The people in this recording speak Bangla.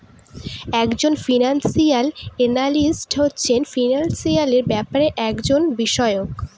এক জন ফিনান্সিয়াল এনালিস্ট হচ্ছে ফিনান্সিয়াল ব্যাপারের একজন বিশষজ্ঞ